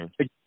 Okay